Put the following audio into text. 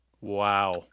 wow